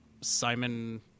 Simon